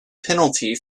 penalty